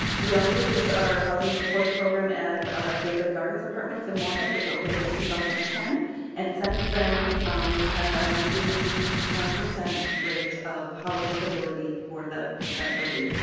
we also use our housing support program as our gateway garden apartment in morehead which opened in two thousand and ten and since then we've had a ninety one percent rate of housing stability for that that building.